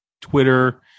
Twitter